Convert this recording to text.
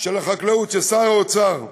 שר החקלאות, "של שר האוצר",